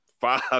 five